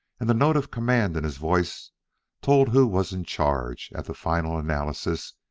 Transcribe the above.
and the note of command in his voice told who was in charge, at the final analysis,